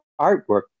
artwork